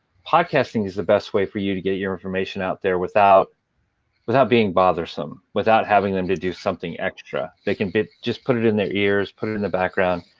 podcasting is the best way for you to get your information out there without without being bothersome, without having them to do something extra. they can just put it in their ears, put it in the background,